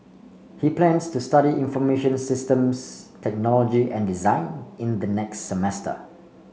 he plans to study information systems technology and design in the next semester